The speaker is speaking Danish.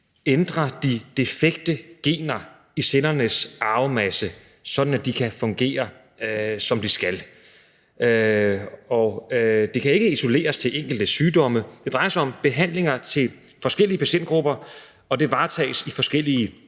ændre de defekte gener i cellernes arvemasse, sådan at de kan fungere, som de skal. Det kan ikke isoleres til enkelte sygdomme. Det drejer sig om behandlinger til forskellige patientgrupper, og det varetages i forskellige